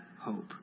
hope